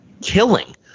killing